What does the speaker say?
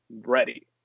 ready